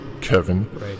Kevin